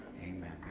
amen